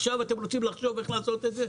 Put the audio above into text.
עכשיו אתם רוצים לחשוב איך לעשות את זה?